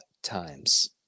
times